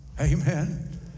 Amen